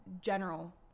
general